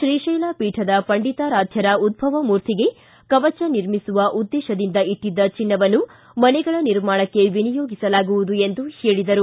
ಶ್ರೀಕೈಲ ಪೀಠದ ಪಂಡಿತಾರಾಧ್ಯರ ಉದ್ಭವಮೂರ್ತಿಗೆ ಕವಚ ನಿರ್ಮಿಸುವ ಉದ್ದೇಶದಿಂದ ಇಟ್ಟಿದ್ದ ಚಿನ್ನವನ್ನು ಮನೆಗಳ ನಿರ್ಮಾಣಕ್ಕೆ ವಿನಿಯೋಗಿಸಲಾಗುವುದು ಎಂದು ಹೇಳದರು